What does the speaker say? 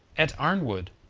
at arnwood.